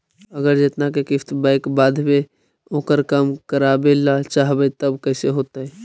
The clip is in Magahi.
अगर जेतना के किस्त बैक बाँधबे ओकर कम करावे ल चाहबै तब कैसे होतै?